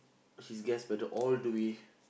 his gas pedal all the way